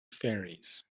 ferries